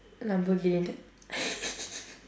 lamborghini